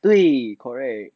对 correct